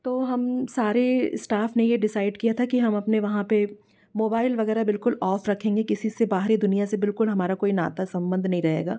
तो हम सारे स्टाफ ने ये डिसाइड किया था कि हम अपने वहाँ पे मोबाइल वगैरह बिल्कुल ऑफ रखेंगे किसी से बाहरी दुनिया से बिल्कुल हमारा कोई नाता संबंध नहीं रहेगा